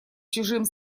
чужим